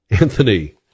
Anthony